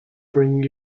bring